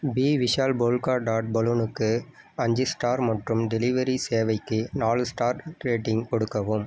B Vishal polka dot பலூனுக்கு அஞ்சு star மற்றும் டெலிவரி சேவைக்கு நாலு ஸ்டார் ரேட்டிங் கொடுக்கவும்